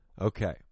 Okay